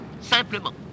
simplement